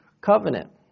covenant